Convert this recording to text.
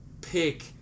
pick